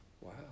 wow